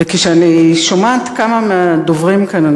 וכשאני שומעת כמה מהדוברים כאן,